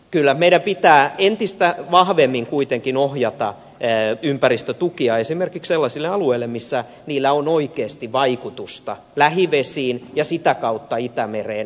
kyllä meidän pitää entistä vahvemmin kuitenkin ohjata ympäristötukia esimerkiksi sellaisille alueille missä niillä on oikeasti vaikutusta lähivesiin ja sitä kautta itämereen